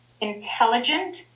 intelligent